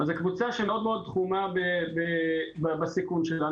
זו קבוצה שהיא מאוד מאוד תחומה בסיכון שלה.